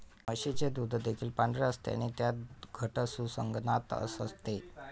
म्हशीचे दूध देखील पांढरे असते आणि त्यात घट्ट सुसंगतता असते